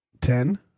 Ten